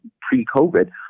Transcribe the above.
pre-COVID